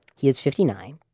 he is fifty nine.